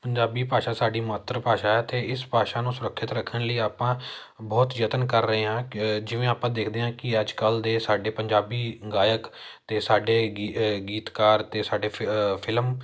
ਪੰਜਾਬੀ ਭਾਸ਼ਾ ਸਾਡੀ ਮਾਤਰ ਭਾਸ਼ਾ ਹੈ ਅਤੇ ਇਸ ਭਾਸ਼ਾ ਨੂੰ ਸੁਰੱਖਿਅਤ ਰੱਖਣ ਲਈ ਆਪਾਂ ਬਹੁਤ ਯਤਨ ਕਰ ਰਹੇ ਹਾਂ ਕ ਜਿਵੇਂ ਆਪਾਂ ਦੇਖਦੇ ਹਾਂ ਕਿ ਅੱਜ ਕੱਲ੍ਹ ਦੇ ਸਾਡੇ ਪੰਜਾਬੀ ਗਾਇਕ ਅਤੇ ਸਾਡੇ ਗੀ ਗੀਤਕਾਰ ਅਤੇ ਸਾਡੇ ਫੇ ਫਿਲਮ